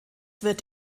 wird